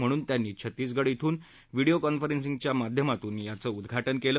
म्हणून त्यांनी छत्तीसगड इथनं व्हिडीओ कॉन्फरन्सिंगच्या माध्यमातून याचं उद्घाटन केलं